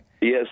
Yes